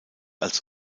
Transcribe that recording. als